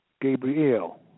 Gabriel